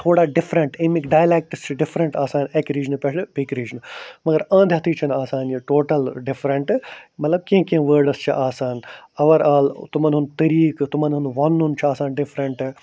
تھوڑا دِفرنٛٹ اَمِکۍ ڈایلٮ۪کٹٕس چھِ ڈِفرنٛٹ آسان اَکہِ رِجنہٕ پٮ۪ٹھٕ بیٚکہِ رِجنہٕ مگر انٛد ہٮ۪تھٕے چھِنہٕ آسان یہِ ٹوٹل ڈِفرنٛٹ مطلب کیٚنٛہہ کیٚنٛہہ وٲڈٕس چھِ آسان اَور آل تِمن ہُنٛد طٔریٖقہٕ تِمن ہُنٛد وَںُن چھُ آسان ڈِفرنٛٹ